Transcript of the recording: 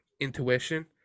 intuition